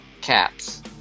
caps